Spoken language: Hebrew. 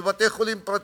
בבתי-חולים פרטיים.